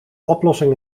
oplossing